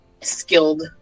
Skilled